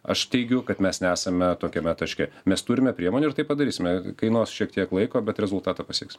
aš teigiu kad mes nesame tokiame taške mes turime priemonių ir tai padarysime kainuos šiek tiek laiko bet rezultatą pasieks